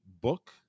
book